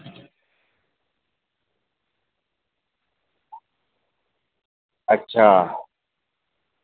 अच्छा